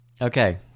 Okay